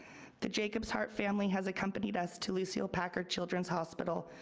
the jacob's heart family has accompanied us to lucile packard children's hospital,